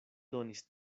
donis